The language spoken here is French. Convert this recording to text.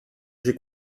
j’ai